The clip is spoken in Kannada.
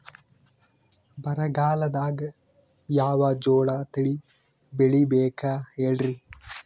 ಬರಗಾಲದಾಗ್ ಯಾವ ಜೋಳ ತಳಿ ಬೆಳಿಬೇಕ ಹೇಳ್ರಿ?